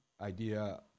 idea